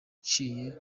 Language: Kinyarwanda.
yaciye